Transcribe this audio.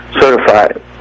Certified